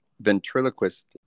ventriloquist